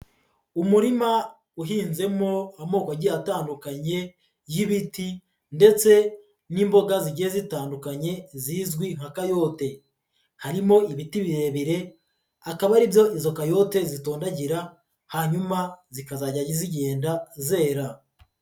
Umurima uhinzemo amoko agiye atandukanye y'ibiti ndetse n'imboga zigiye zitandukanye zizwi nka kayote, harimo ibiti birebire akaba ari byo izo kayote zitondagira, hanyuma zikazajya zigenda zera.